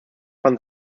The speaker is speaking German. fand